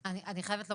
אני חייבת לומר,